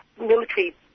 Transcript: military